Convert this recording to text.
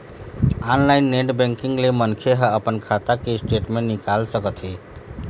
online net banking ले मनखे ह अपन खाता के स्टेटमेंट निकाल सकत हे